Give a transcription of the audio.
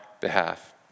behalf